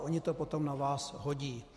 Oni to potom na vás hodí.